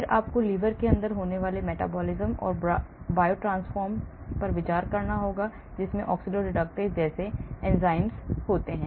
फिर आपको लिवर के अंदर होने वाले मेटाबॉलिज्म और बायोट्रांसफॉर्म पर विचार करना होगा जिसमें oxidoreductases एंजाइम्स होता हैं